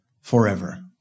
forever